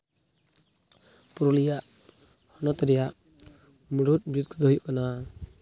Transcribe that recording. ᱯᱩᱨᱩᱞᱤᱭᱟᱹ ᱦᱚᱱᱚᱛ ᱨᱮᱭᱟᱜ ᱢᱩᱬᱩᱫ ᱵᱤᱨᱤᱫ ᱠᱚᱫᱚ ᱦᱩᱭᱩᱜ ᱠᱟᱱᱟ